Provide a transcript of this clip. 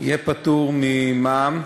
יהיה פטור ממע"מ.